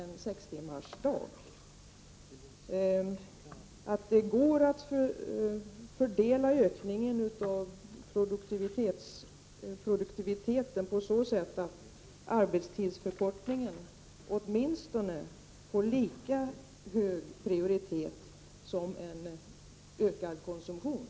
Tror arbetsmarknadsministern att det går att fördela ökningen av produktiviteten på så sätt att arbetstidsförkortningen åtminstone får lika hög prioritet som en ökad konsumtion?